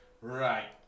right